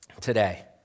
today